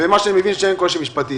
אני מבין שאין קושי משפטי.